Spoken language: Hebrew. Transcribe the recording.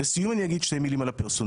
לסיום אני אומר שתי מילים על הפרסונלית.